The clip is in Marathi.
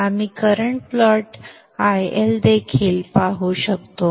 आम्ही करंट प्लॉट IL देखील पाहू शकतो